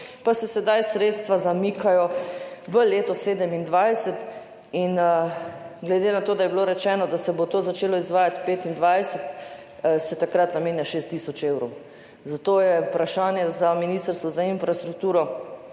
pa se sedaj sredstva zamikajo v leto 2027. Glede na to, da je bilo rečeno, da se bo to začelo izvajati leta 2025, se takrat namenja šest tisoč evrov, zato je vprašanje za Ministrstvo za infrastrukturo,